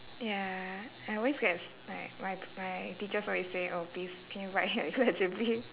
ya I always gets like my my teachers always say oh please can you write like legibly